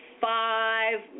five